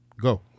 Go